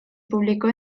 publicó